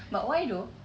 but why though